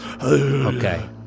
okay